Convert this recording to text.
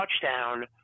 touchdown